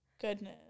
Goodness